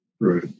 right